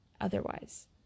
otherwise